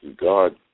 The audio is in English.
God